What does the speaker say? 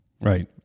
Right